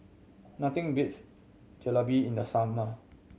nothing beats Jalebi in the summer